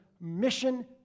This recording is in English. mission